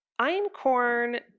einkorn